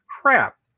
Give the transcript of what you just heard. crap